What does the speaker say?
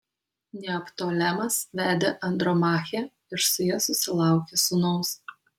neoptolemas vedė andromachę ir su ja susilaukė sūnaus